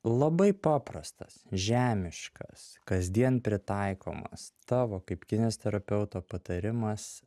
labai paprastas žemiškas kasdien pritaikomas tavo kaip kineziterapeuto patarimas